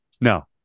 No